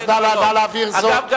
אז נא להבהיר זאת, כי